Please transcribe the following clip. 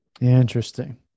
Interesting